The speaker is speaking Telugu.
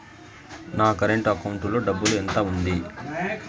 నా కరెంట్ అకౌంటు లో డబ్బులు ఎంత ఉంది?